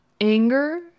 anger